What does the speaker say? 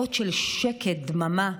שעות של שקט, דממה.